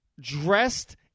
dressed